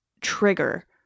trigger